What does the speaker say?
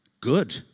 Good